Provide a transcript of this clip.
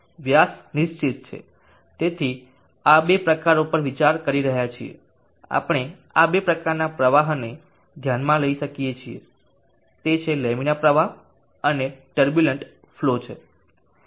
વ્યાસ નિશ્ચિત છે તેથી અમે આ બે પ્રકારો પર વિચાર કરી શકીએ છીએ આપણે આ બે પ્રકારનાં પ્રવાહને ધ્યાનમાં લઈ શકીએ છીએ તે છે લેમિનેર પ્રવાહ અને ટર્બુલંટ ફલો છે